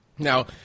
Now